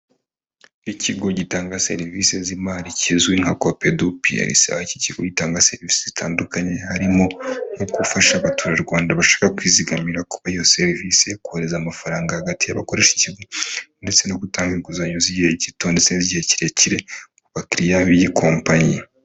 Ikigo gitanga serivisi z'imari kizwi nka COPEDU PLC, iki kigo gitanga serivisi zitandukanye harimo nko gufasha abaturarwanda bashaka kwizigamira kuba iyo serivisi yo kohereza amafaranga hagati y'abakoresha ikigo ndetse no gutanga inguzanyo z'igihe gito ndetse n'igihe kirekire ku bakiriya b'iyi kompanyi.